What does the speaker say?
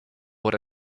but